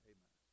Amen